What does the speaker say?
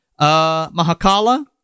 Mahakala